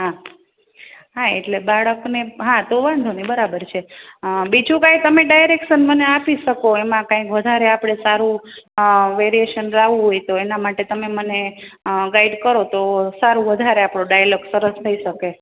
હા હા એટલે બાળકને હા તો વાંધો નહીં બરાબર છે બીજું કંઈ તમે ડાઇરેકસન મને આપી શકો એમાં કંઈ વધારે આપણે સારું વેરિયએશન લાવવું હોય તો એના માટે તમે મને ગાઈડ કરો તો સારું વધારે આપણો ડાઈલોગ સરસ થઈ શકે